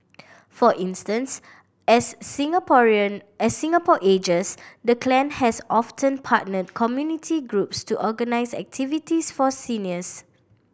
for instance as Singapore a Singapore ages the clan has often partnered community groups to organise activities for seniors